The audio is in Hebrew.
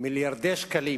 מיליארדי שקלים